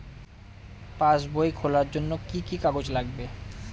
পাসবই খোলার জন্য কি কি কাগজ লাগবে?